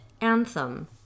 Anthem